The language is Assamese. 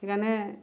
সেইকাৰণে